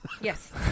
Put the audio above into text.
Yes